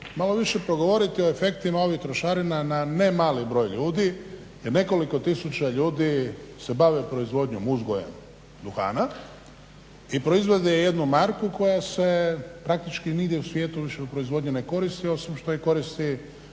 malo više progovoriti o efektima ovih trošarina na ne mali broj ljudi. Jer nekoliko tisuća ljudi se bave proizvodnjom uzgoja duhana i proizvode jednu marku koja se praktički nigdje u svijetu više u proizvodnji ne koristi osim što ih koristi